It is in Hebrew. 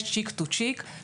יש cheek to cheek,